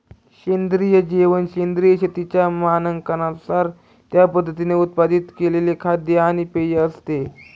सेंद्रिय जेवण सेंद्रिय शेतीच्या मानकांनुसार त्या पद्धतीने उत्पादित केलेले खाद्य आणि पेय असते